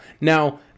Now